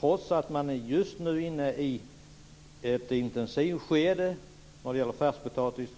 Trots att man just nu är inne i ett intensivt skede när det gäller skörden av färskpotatis